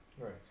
Right